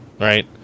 Right